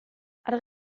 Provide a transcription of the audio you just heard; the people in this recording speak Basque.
argi